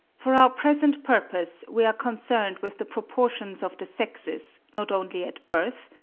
for our present purpose we are concerned with the proportions of the sexes, not only at birth,